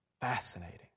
Fascinating